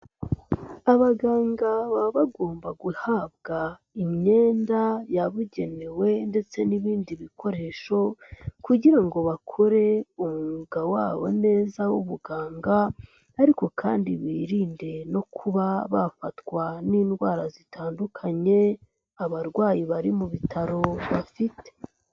Abaganga baba bagomba guhabwa imyenda yabugenewe ndetse n'ibindi bikoresho kugira ngo bakore umwuga wabo neza w'ubuganga ariko kandi birinde no kuba bafatwa n'indwara zitandukanye abarwayi bari mu bitaro bafite.